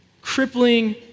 Crippling